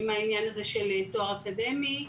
עם העניין הזה של תואר אקדמי,